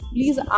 Please